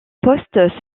poste